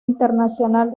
internacional